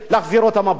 לא לגרש אותם,